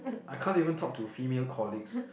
I can't even talk to female colleagues